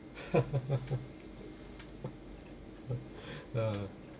ah